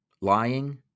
Lying